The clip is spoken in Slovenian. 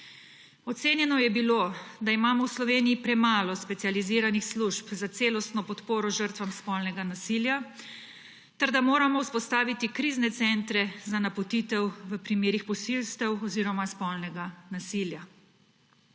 Ocenjeno je bilo, da imamo v Sloveniji premalo specializiranih služb za celostno podporo žrtvam spolnega nasilja ter da moramo vzpostaviti krizne centre za napotitev v primerih posilstev oziroma spolnega nasilja.